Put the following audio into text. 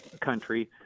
country